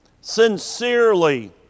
sincerely